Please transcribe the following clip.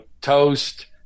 toast